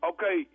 Okay